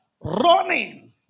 Running